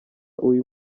uyu